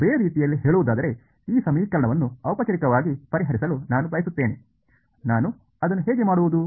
ಬೇರೆ ರೀತಿಯಲ್ಲಿ ಹೇಳುವುದಾದರೆ ಈ ಸಮೀಕರಣವನ್ನು ಔಪಚಾರಿಕವಾಗಿ ಪರಿಹರಿಸಲು ನಾನು ಬಯಸುತ್ತೇನೆ ನಾನು ಅದನ್ನು ಹೇಗೆ ಮಾಡುವುದು